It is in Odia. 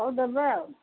ହଉ ଦେବେ ଆଉ